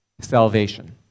salvation